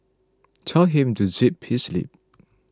tell him to zip his lip